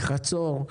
חצור,